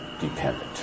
dependent